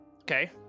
okay